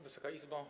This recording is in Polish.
Wysoka Izbo!